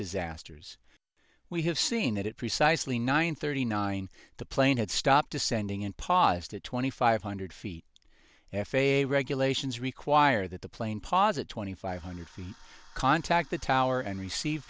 disasters we have seen it at precisely nine thirty nine the plane had stopped descending and paused to twenty five hundred feet f a a regulations require that the plane posit twenty five hundred feet contact the tower and received